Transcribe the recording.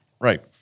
Right